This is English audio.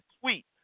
tweet